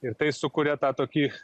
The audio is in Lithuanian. ir tai sukuria tą tokį